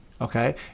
Okay